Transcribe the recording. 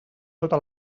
tota